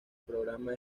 programa